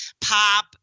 pop